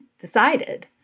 decided